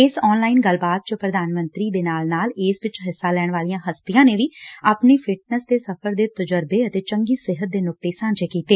ਇਸ ਆਨਲਾਈਨ ਗੱਲਬਾਤ ਚ ਪ੍ਧਾਨ ਮੰਤਰੀ ਦੇ ਨਾਲ ਨਾਲ ਇਸ ਚ ਹਿੱਸਾ ਲੈਣ ਵਾਲੀਆਂ ਹਸਤੀਆਂ ਨੇ ਵੀ ਆਪਣੀ ਫਿਟਨੈਸ ਸਫ਼ਰ ਤੇ ਤਜ਼ਰਬੇ ਅਤੇ ਚੰਗੇ ਸਿਹਤ ਦੇ ਨੁਕਤੇ ਸਾਂਝੇ ਕੀਤੇ